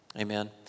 Amen